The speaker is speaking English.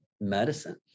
medicine